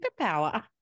superpower